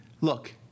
Look